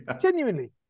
Genuinely